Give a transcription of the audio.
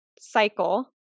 cycle